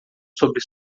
sobre